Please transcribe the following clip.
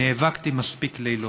נאבקתי מספיק לילות.